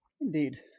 Indeed